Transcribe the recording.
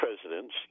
presidents